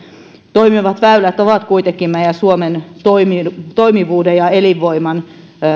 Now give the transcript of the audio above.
toimivat väylät ovat kuitenkin meidän suomen toimivuuden ja elinvoiman